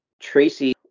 Tracy